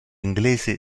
inglese